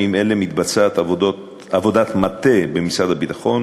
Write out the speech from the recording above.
בימים אלה מתבצעת עבודת מטה במשרד הביטחון